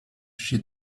chez